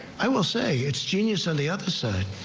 i will say it's genius on the other side.